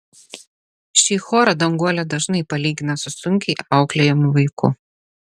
šį chorą danguolė dažnai palygina su sunkiai auklėjamu vaiku